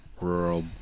rural